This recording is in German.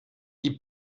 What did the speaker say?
die